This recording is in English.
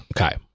Okay